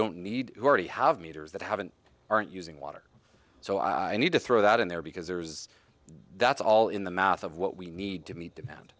don't need already have meters that haven't aren't using water so i need to throw that in there because there's that's all in the mouth of what we need to meet